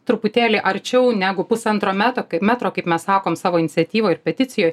truputėlį arčiau negu pusantro meto kaip metro kaip mes sakom savo iniciatyvoj ir peticijoj